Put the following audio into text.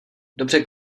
dobře